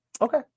Okay